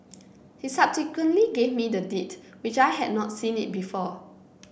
he subsequently gave me the Deed which I had not seen it before